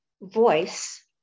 voice